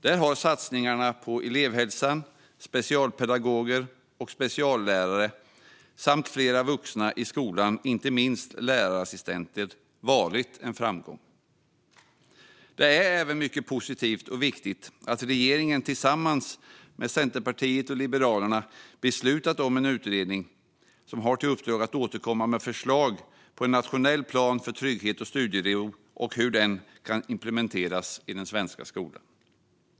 Där har satsningarna på elevhälsan, specialpedagoger och speciallärare samt fler vuxna i skolan, inte minst lärarassistenter, varit en framgång. Det är även mycket positivt och viktigt att regeringen tillsammans med Centerpartiet och Liberalerna har beslutat om en utredning som ska återkomma med förslag på en nationell plan för trygghet och studiero och hur den kan implementeras i den svenska skolan.